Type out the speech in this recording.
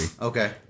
Okay